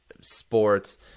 sports